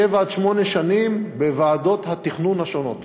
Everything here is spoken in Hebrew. שבע עד שמונה שנים בוועדות התכנון השונות